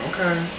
Okay